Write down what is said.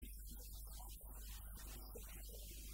נכון, שמבחינה משפטית, קשוחה...